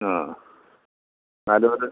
ആ നാല് വരെ